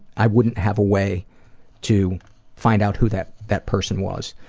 i wouldn't have a way to find out who that that person was.